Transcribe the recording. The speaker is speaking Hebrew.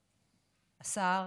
השר,